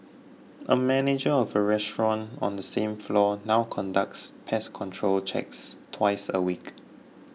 a manager of a restaurant on the same floor now conducts pest control checks twice a week